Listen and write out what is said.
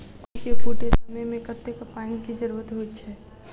कोबी केँ फूटे समय मे कतेक पानि केँ जरूरत होइ छै?